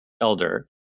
elder